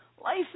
Life